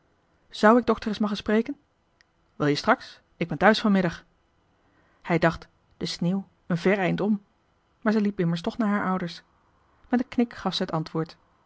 zu ik dokter es magge spreke wil je straks ik ben thuis van middag hij dacht de sneeuw een vèr eind om maarze liep immers toch naar haar ouders met een knik gaf zij het antwoord